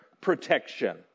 protection